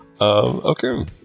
okay